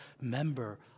member